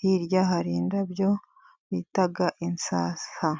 hirya hari indabyo bita insasa.